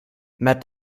met